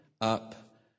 up